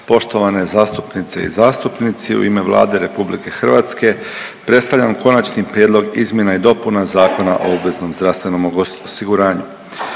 poštovane zastupnice i zastupnici. U ime Vlade RH predstavljam Konačni prijedlog izmjena i dopuna Zakona o obveznom zdravstvenom osiguranju.